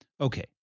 Okay